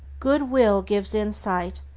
good-will gives insight,